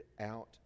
out